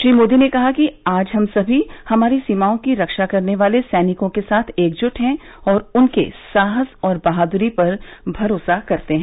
श्री मोदी ने कहा कि आज हम सभी हमारी सीमाओं की रक्षा करने वाले सैनिकों के साथ एक जुट हैं और उनके साहस और बहाद्री पर भरोसा करते हैं